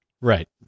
Right